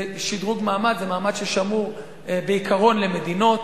זה שדרוג מעמד, זה מעמד ששמור בעיקרון למדינות.